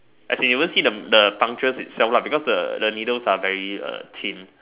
as in you won't see the the puncture itself lah because the the needles are very thin